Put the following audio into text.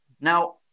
Now